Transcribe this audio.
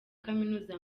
kaminuza